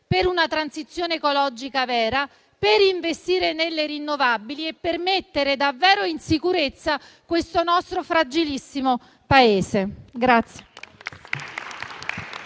per una transizione ecologica vera, per investire nelle rinnovabili e per mettere davvero in sicurezza questo nostro fragilissimo Paese.